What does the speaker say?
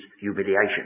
humiliation